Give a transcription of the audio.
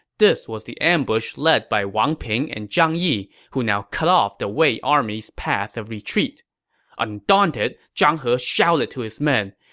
this was the ambush led by wang ping and zhang yi, who now cut off the wei army's path of retreat undaunted, zhang he shouted to his men,